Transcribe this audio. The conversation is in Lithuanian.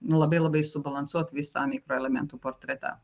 labai labai subalansuot visų mikroelementų portretą